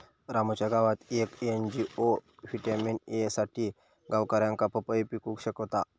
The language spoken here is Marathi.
रामूच्या गावात येक एन.जी.ओ व्हिटॅमिन ए साठी गावकऱ्यांका पपई पिकवूक शिकवता